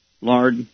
lard